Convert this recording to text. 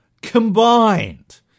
combined